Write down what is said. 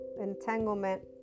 entanglement